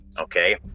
Okay